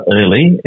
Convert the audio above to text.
early